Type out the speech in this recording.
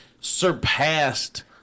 surpassed